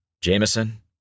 Jameson